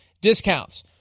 discounts